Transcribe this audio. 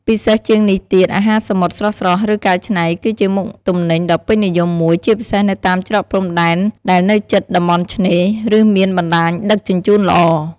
ពិសេសជាងនេះទៀត អាហារសមុទ្រ ស្រស់ៗ ឬកែច្នៃ គឺជាមុខទំនិញដ៏ពេញនិយមមួយ ជាពិសេសនៅតាមច្រកព្រំដែនដែលនៅជិតតំបន់ឆ្នេរ ឬមានបណ្តាញដឹកជញ្ជូនល្អ។